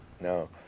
No